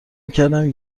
میکردم